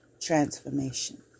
transformation